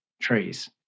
trees